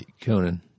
Conan